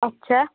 اَچھا